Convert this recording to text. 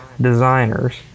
designers